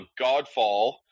Godfall